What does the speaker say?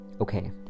Okay